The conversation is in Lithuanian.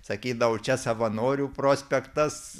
sakydavo čia savanorių prospektas